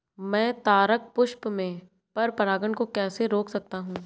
मैं तारक पुष्प में पर परागण को कैसे रोक सकता हूँ?